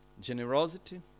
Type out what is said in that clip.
generosity